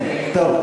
כן, טוב.